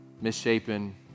Misshapen